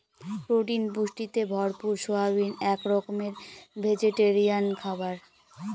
protein পুষ্টিতে ভরপুর soybean এক রকমের ভেজিটেরিয়ান খাবার